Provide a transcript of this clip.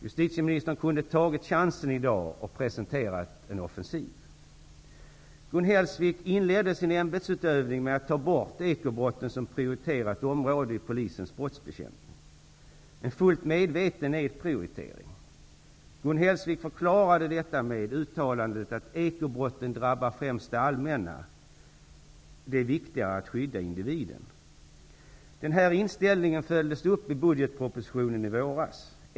Justitieministern kunde ha tagit chansen i dag och presenterat en offensiv. Gun Hellsvik inledde sin ämbetsutövning med att ta bort ekobrotten som prioriterat område i polisens brottsbekämpning; en fullt medveten nedprioritering. Gun Hellsvik förklarade detta med uttalandet ''ekobrotten drabbar främst det allmänna''. Det är viktigare att skydda individen. Den här inställningen följdes upp i budgetpropositionen i våras.